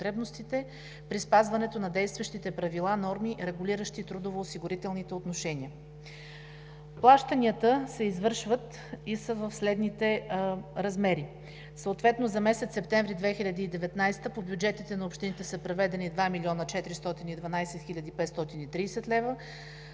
при спазването на действащите правила, норми, регулиращи трудово-осигурителните отношения. Плащанията съответно се извършват и са в следните размери: за месец септември 2019 г. по бюджетите на общините са преведени 2 млн. 412 хил. 530 лв.;